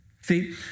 See